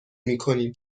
میکنیم